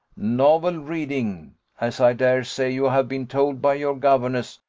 novel reading as i dare say you have been told by your governess,